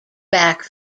back